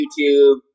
YouTube